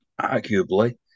arguably